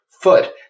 foot